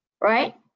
right